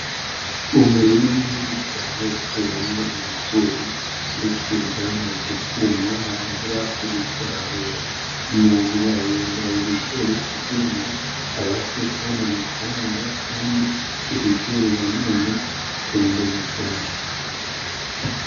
Umurima munini cyane uteyemo ibigori ndetse byamaze kuma, harabura kubisarura umuntu ahinga ibigori kugira ngo abashe kubona amafaranga kandi ibigori na none bitunga umuryango.